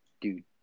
dude